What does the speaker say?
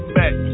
back